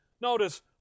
notice